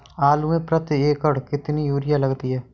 आलू में प्रति एकण कितनी यूरिया लगती है?